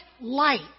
light